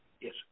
Yes